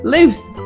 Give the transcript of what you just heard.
Loose